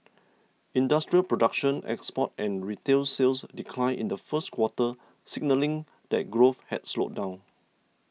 industrial production exports and retail sales declined in the first quarter signalling that growth had slowed down